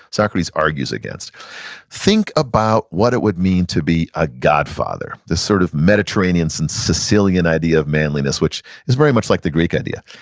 socrates argues against think about what it would mean to be a godfather. this sort of mediterranean so and sicilian idea of manliness, which is very much like the greek idea.